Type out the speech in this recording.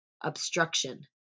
obstruction